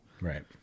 Right